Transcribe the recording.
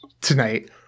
tonight